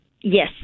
Yes